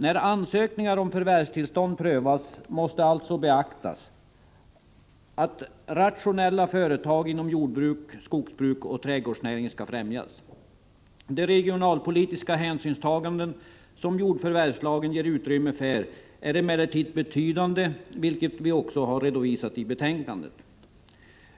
När ansökningar om förvärvstillstånd prövas måste alltså beaktas att rationella företag inom jordbruk, skogsbruk och trädgårdsnäring skall främjas. De regionalpolitiska hänsynstaganden som jordförvärvslagen ger utrymme för är emellertid betydande, vilket vi också har redovisat i betänkandet.